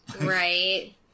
Right